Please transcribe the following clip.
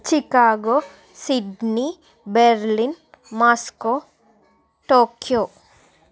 Chicago Sydney Berlin Moscow Tokyo